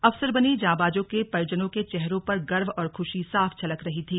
अफसर बने जांबाजों के परिजनों के चेहरों पर गर्व और खुशी साफ झलक रही थी